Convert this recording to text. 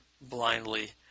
blindly